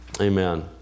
Amen